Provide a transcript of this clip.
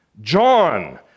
John